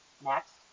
Next